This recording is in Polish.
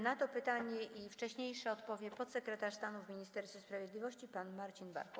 Na to pytanie i wcześniejsze pytania odpowie podsekretarz stanu w Ministerstwie Sprawiedliwości pan Marcin Warchoł.